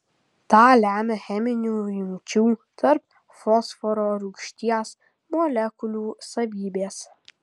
tą lemia cheminių jungčių tarp fosforo rūgšties molekulių savybės